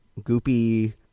goopy